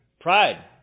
Pride